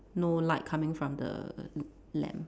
no light coming from the lamp